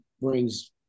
brings